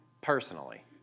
personally